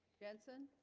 jensen